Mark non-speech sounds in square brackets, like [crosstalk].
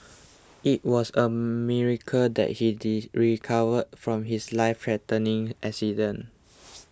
it was a miracle that he [unintelligible] recovered from his lifethreatening accident